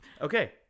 Okay